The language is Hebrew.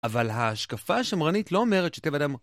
אבל ההשקפה השמרנית לא אומרת שטבע האדם...